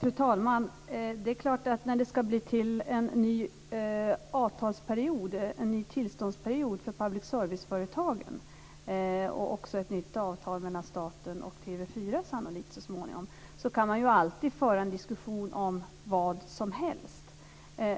Fru talman! När det ska bli en ny avtalsperiod - en ny tillståndsperiod - för public service-företagen och också sannolikt så småningom ett nytt avtal mellan staten och TV 4 kan vi alltid föra en diskussion om vad som helst.